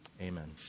Amen